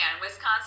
Wisconsin